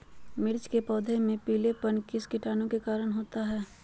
मिर्च के पौधे में पिलेपन किस कीटाणु के कारण होता है?